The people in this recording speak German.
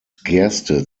gerste